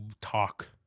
talk